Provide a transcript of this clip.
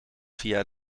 via